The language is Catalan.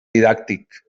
didàctic